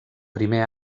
primer